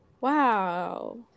wow